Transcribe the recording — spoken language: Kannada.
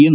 ಎನ್